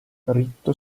ritto